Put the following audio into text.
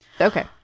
Okay